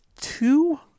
two